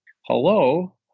hello